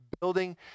building